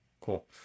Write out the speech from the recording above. Cool